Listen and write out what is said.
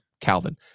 Calvin